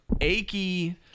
achy